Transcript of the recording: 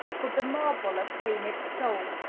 could the marble obtain its soul.